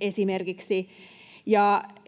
esimerkiksi